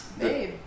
Babe